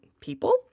people